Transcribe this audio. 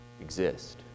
exist